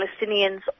Palestinians